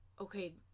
Okay